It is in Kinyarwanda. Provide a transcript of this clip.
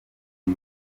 uyu